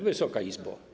Wysoka Izbo!